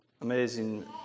amazing